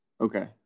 okay